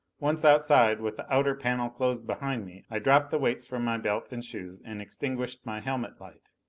once outside, with the outer panel closed behind me, i dropped the weights from my belt and shoes and extinguished my helmet light.